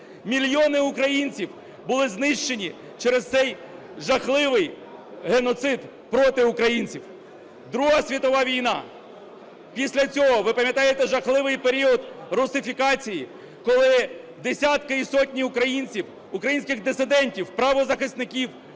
Мільйони українців були знищені через цей жахливий геноцид проти українців. Друга світова війна. Після цього, ви пам'ятаєте, жахливий період русифікації, коли десятки і сотні українців, українських дисидентів, правозахисників